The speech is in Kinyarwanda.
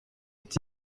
ati